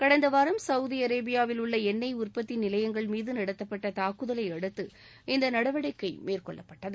கடந்த வாரம் சவுதி அரேபியாவில் உள்ள எண்ணெய் உற்பத்தி நிலையங்கள் மீது நடத்தப்பட்ட தாக்குதலை அடுத்து இந்த நடவடிக்கை மேற்கொள்ளப்பட்டது